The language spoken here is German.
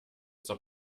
zur